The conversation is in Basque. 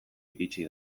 iritsi